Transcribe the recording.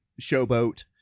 showboat